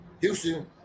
Houston